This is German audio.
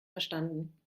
verstanden